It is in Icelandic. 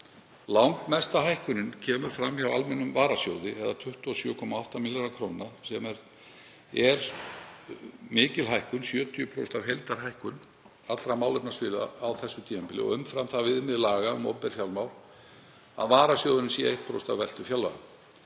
Langmesta hækkunin kemur fram hjá almennum varasjóði eða 27,8 milljarðar kr., sem er mikil hækkun, 70% af heildarhækkun allra málefnasviða á þessu tímabili og umfram það viðmið laga um opinber fjármál að varasjóðurinn sé 1% af veltu fjárlaga.